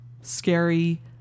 scary